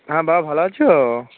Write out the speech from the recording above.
হ্যাঁ বাবা ভালো আছো